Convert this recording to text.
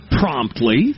promptly